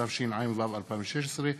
התשע"ו 2016,